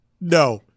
no